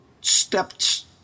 stepped